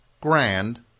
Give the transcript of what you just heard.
Grand